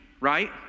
right